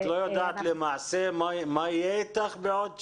את לא יודעת למעשה מה יהיה איתך בעוד שבועיים?